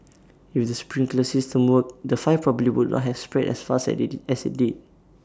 if the sprinkler system worked the five probably would not have spread as fast as they did as IT did